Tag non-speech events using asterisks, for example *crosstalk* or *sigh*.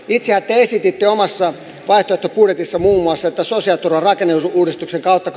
*unintelligible* itsehän te te esititte omassa vaihtoehtobudjetissanne muun muassa että sosiaaliturvan rakenneuudistuksen kautta *unintelligible*